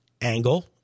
angle